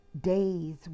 days